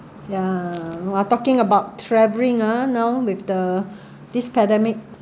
ya talking about travelling ah now with the this pandemic